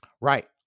Right